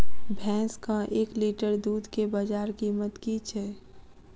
भैंसक एक लीटर दुध केँ बजार कीमत की छै?